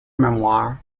memoir